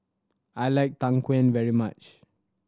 I like tang very much